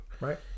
Right